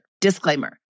Disclaimer